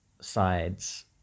sides